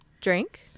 Drink